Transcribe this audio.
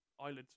eyelids